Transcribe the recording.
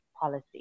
policy